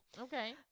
Okay